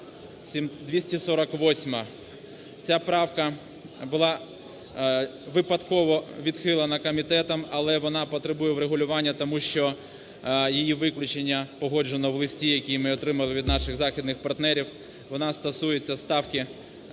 248. Ця правка була випадково відхилена комітетом, але вона потребує врегулювання, тому що її виключення погоджено в листі, який ми отримали від наших західних партнерів, вона стосується Ставки